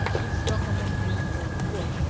if struck on the hand or foot,